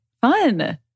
Fun